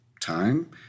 time